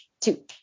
two